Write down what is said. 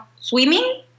swimming